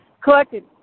collected